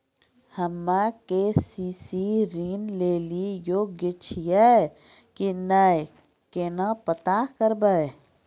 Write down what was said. हम्मे के.सी.सी ऋण लेली योग्य छियै की नैय केना पता करबै?